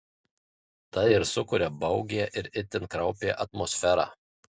tai ir sukuria baugią ir itin kraupią atmosferą